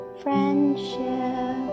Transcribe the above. friendship